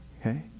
Okay